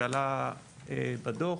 שעלה בדוח.